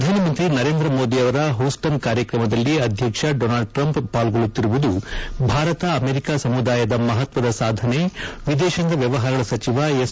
ಪ್ರಧಾನಮಂತ್ರಿ ನರೇಂದ್ರ ಮೋದಿ ಅವರ ಹೌಸ್ಟನ್ ಕಾರ್ಯಕ್ರಮದಲ್ಲಿ ಅಧ್ಯಕ್ಷ ಡೊನಾಲ್ಡ್ ಟ್ರಂಪ್ ಪಾಲ್ಗೊಳ್ನುತ್ತಿರುವುದು ಭಾರತ ಅಮೆರಿಕಾ ಸಮುದಾಯದ ಮಹತ್ವದ ಸಾಧನೆ ವಿದೇಶಾಂಗ ವ್ಯವಹಾರಗಳ ಸಚಿವ ಎಸ್